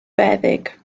feddyg